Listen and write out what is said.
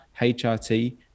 hrt